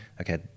Okay